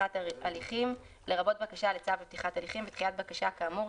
פתיחת הליכים לרבות בקשה לצו לפתיחת הליכים ודחיית בקשה כאמור,